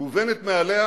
מובנת מאליה,